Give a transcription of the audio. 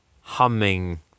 humming